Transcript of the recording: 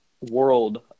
World